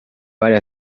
varie